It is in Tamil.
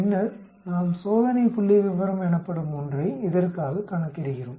பின்னர் நாம் சோதனை புள்ளிவிவரம் எனப்படும் ஒன்றை இதற்காக கணக்கிடுகிறோம்